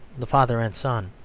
the father and son,